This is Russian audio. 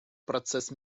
процесс